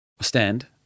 stand